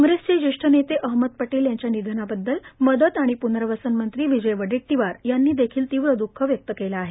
काँग्रेसचे ज्येष्ठ नेते अहमद पटेल यांच्या निधनाबददल मदत आणि पुनर्वसन मंत्री विजय वडेट्टीवार यांनी तीव्र दुःख व्यक्त केले आहे